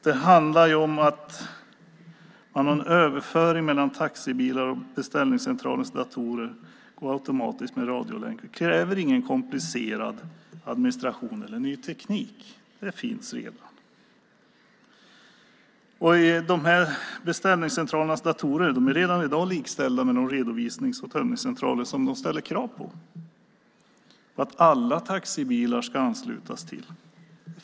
Det handlar om att överföring mellan taxibilar och beställningscentralens datorer automatiskt via radiolänk inte kräver någon komplicerad administration eller ny teknik. Det där finns redan. Beställningscentralernas datorer är redan i dag likställda med de redovisnings och tömningscentraler som det ställs krav på att alla taxibilar ansluts till.